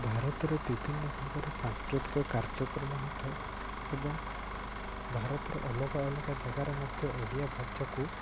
ଭାରତରେ ବିଭିନ୍ନ ଭାଗର ସାଂସ୍କୃତିକ କାର୍ଯ୍ୟକ୍ରମ ହୋଇଥାଏ ଏବଂ ଭାରତର ଅଲଗା ଅଲଗା ଜାଗାରେ ମଧ୍ୟ ଓଡ଼ିଆ ଭାଷାକୁ